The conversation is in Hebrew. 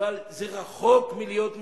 אבל זה רחוק מלהיות מספיק.